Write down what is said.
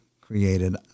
created